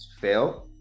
fail